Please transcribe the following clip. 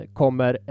kommer